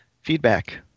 feedback